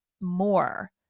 more